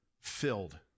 Filled